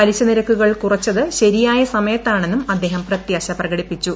പലിശ നിരക്കുകൾ കുറച്ചത് ശരിയായ സമയത്താണെന്നും അദ്ദേഹം പ്രത്യാശ പ്രകടിപ്പിച്ചു